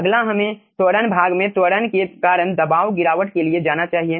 अगला हमें त्वरण भाग में त्वरण के कारण दबाव गिरावट के लिए जाना चाहिए